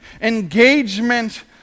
Engagement